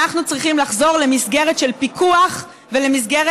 אנחנו צריכים לחזור למסגרת של פיקוח ולמסגרת